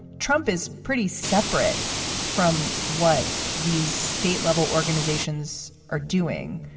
trump is pretty separate from what these state level organizations are doing.